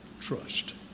trust